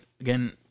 again